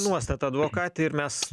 nuostata advokate ir mes